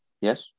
yes